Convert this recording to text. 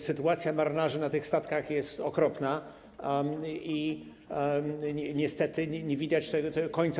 Sytuacja marynarzy na tych statkach jest okropna i niestety nie widać końca.